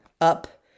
up